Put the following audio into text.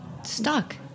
stuck